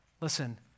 listen